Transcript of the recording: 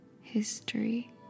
History